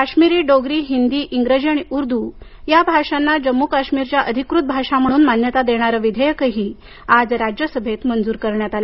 काश्मीरी डोगरी हिन्दी इंग्रेजी आणि उर्दू या भाषांना जम्मू काश्मीरच्या अधिकृत भाषा म्हणून मान्यता देणारं विधेयकही आज राज्यसभेत मंजूर झालं